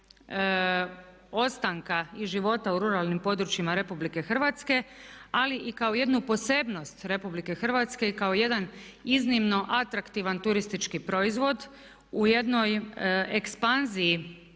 ostanka i života u ruralnim područjima RH ali i kao jednu posebnost RH kao jedan iiznimno atraktivan turistički proizvod, u jednoj ekspanziji